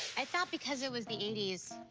i thought because it was the eighty s,